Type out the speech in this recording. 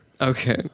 Okay